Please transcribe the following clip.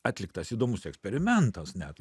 atliktas įdomus eksperimentas net